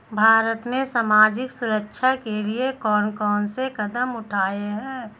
भारत में सामाजिक सुरक्षा के लिए कौन कौन से कदम उठाये हैं?